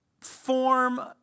form